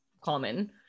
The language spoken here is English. common